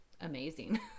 amazing